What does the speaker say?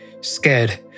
scared